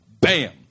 Bam